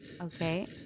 Okay